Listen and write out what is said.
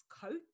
coat